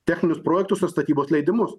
techninius projektus su statybos leidimus